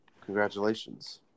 Congratulations